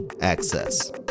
access